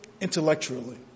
intellectually